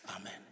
Amen